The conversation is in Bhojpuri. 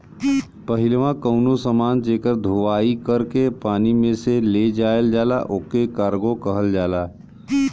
पहिलवा कउनो समान जेकर धोवाई कर के पानी में से ले जायल जाला ओके कार्गो कहल जाला